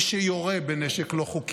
מי שיורה בנשק לא חוקי,